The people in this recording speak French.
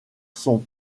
sont